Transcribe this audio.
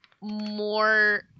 more